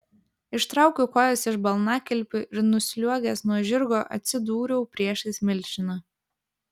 ištraukiau kojas iš balnakilpių ir nusliuogęs nuo žirgo atsidūriau priešais milžiną